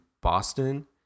Boston